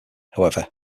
however